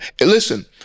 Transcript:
Listen